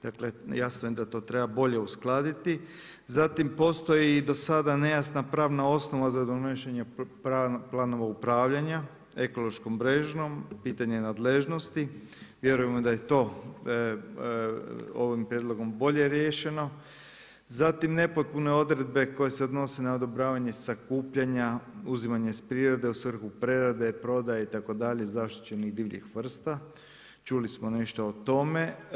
Dakle, jasno je da to treba bolje uskladiti, zatim postoji do sada nejasna pravna osnova za donošenje planova upravljanja ekološkom mrežom, pitanja nadležnosti, vjerujemo da je to ovim prijedlogom bolje riješeno, zatim nepotpune odredbe koje se odnose na odobravanje sakupljanja, uzimanje iz prirode u svrhu prerade, prodaje itd. zaštićenih divljih vrsta, čuli smo nešto o tome.